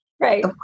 Right